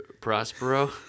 Prospero